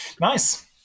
nice